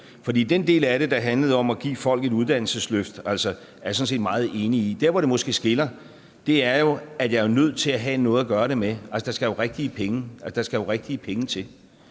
fordi den del, der handler om at give folk et uddannelsesløft, er jeg sådan set meget enig i. Der, hvor det måske skiller, er, at jeg er nødt til at have noget at gøre det med. Der skal jo rigtige penge til.